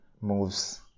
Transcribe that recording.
moves